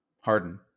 Harden